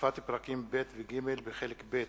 הוספת פרקים ב' וג' בחלק ב'